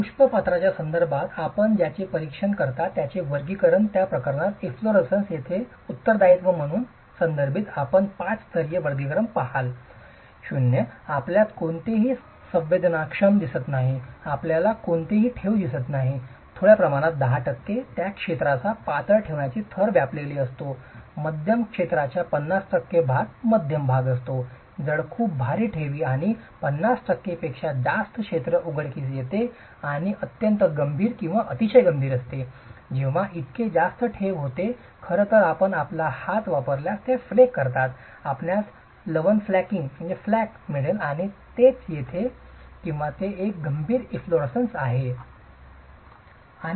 पुष्पपात्राच्या संदर्भात आपण ज्याचे निरीक्षण करता त्याचे वर्गीकरण या प्रकरणात एफलोररेसेन्स तेचे उत्तरदायित्व म्हणून संदर्भित आपण पाच स्तरीय वर्गीकरण पहाल शून्य आपल्याला कोणतेही संवेदनाक्षम दिसत नाही आपल्याला कोणतीही ठेव दिसत नाही थोड्या प्रमाणात 10 टक्के त्या क्षेत्राचा पातळ ठेवींचा थर व्यापलेला असतो मध्यम क्षेत्राचा 50 टक्के भाग मध्यम भाग असतो जड खूप भारी ठेवी आणि 50 टक्के पेक्षा जास्त क्षेत्र उघडकीस येते आणि अत्यंत गंभीर किंवा गंभीर असते जेव्हा इतके जास्त ठेव होते खरं तर आपण आपला हात वापरल्यास ते फ्लेक करतात आपल्याला लवण फ्लेकिंग मिळेल आणि तेच तेथे आहे किंवा ते गंभीर एफलोररेसेन्स आहे